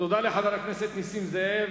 תודה לחבר הכנסת נסים זאב.